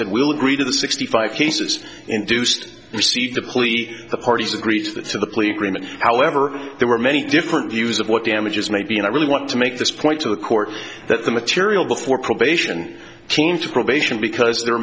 and will agree to the sixty five cases induced receipt the plea the parties agree to that to the plea agreement however there were many different views of what damages may be and i really want to make this point to the court that the material before probation came to probation because there are